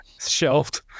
shelved